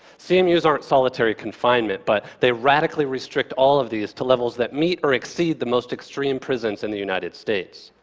cmus aren't solitary confinement, but they radically restrict all of these to levels that meet or exceed the most extreme prisons in the united states.